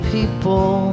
people